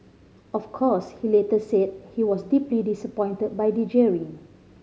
of course he later said he was deeply disappointed by the jeering